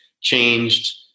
changed